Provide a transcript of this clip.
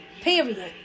Period